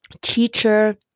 teacher